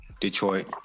Detroit